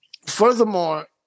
furthermore